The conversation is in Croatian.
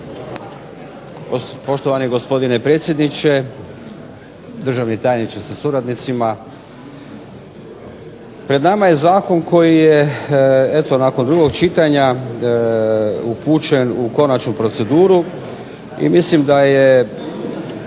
Poštovani gospodine predsjedniče, državni tajniče sa suradnicima. Pred nama je zakon koji je eto nakon drugog čitanja upućen u konačnu proceduru i mislim da je